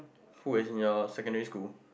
who as in your secondary school